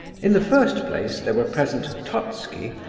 in the first place there were present totski,